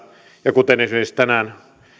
ja kuten esimerkiksi tänään